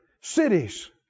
cities